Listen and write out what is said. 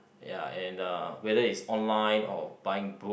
ya and uh whether it's online or buying book